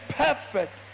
perfect